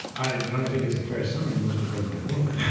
i not only think it's a fair summary, you must have read my book.